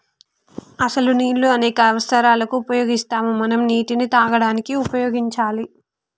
అసలు నీళ్ళు అనేక అవసరాలకు ఉపయోగిస్తాము మనం నీటిని తాగడానికి ఉపయోగించాలి